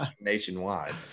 nationwide